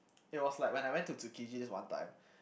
it was like when I went to Tsukiji this one time